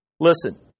Listen